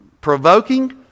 provoking